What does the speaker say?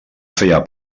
feia